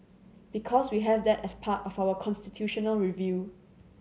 because we have that as part of our constitutional review